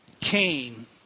Cain